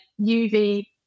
UV